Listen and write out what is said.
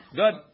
good